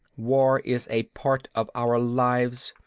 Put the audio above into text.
war is a part of our lives,